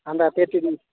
अन्त त्यति